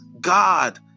God